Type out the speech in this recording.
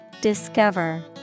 Discover